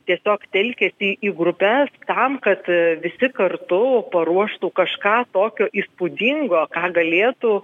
tiesiog telkėsi į grupes tam kad visi kartu paruoštų kažką tokio įspūdingo ką galėtų